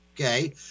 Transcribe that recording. Okay